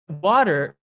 water